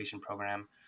program